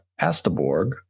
Astaborg